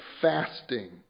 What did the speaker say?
fasting